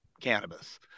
cannabis